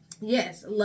Yes